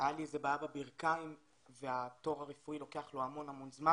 הייתה לי בעיה בברכיים והתור הרפואי לוקח המון זמן.